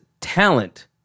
Talent